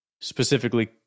specifically